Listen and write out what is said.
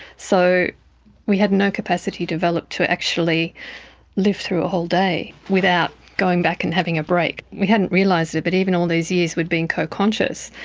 so we had no capacity developed to actually live through a whole day without going back and having a break. we hadn't realised it but even all these years we've been co-conscious,